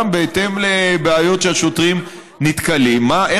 גם בהתאם לבעיות שהשוטרים נתקלים בהן,